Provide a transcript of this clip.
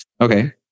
okay